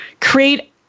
create